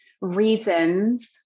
reasons